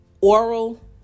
oral